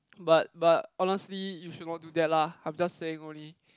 but but honestly you should not do that lah I'm just saying only